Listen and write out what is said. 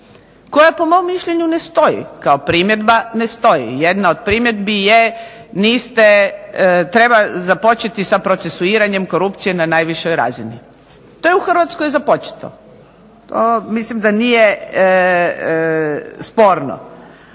koja po mom mišljenju ne stoji, kao primjedba ne stoji. Jedna od primjedbi je, treba započeti sa procesuiranjem korupcije na najvišoj razini. To je u Hrvatskoj započeto. To mislim da nije sporno.